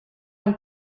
een